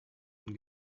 von